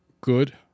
good